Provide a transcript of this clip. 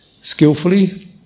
skillfully